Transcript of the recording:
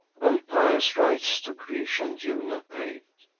and pious rites to grecian juno paid.